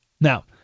Now